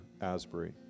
Asbury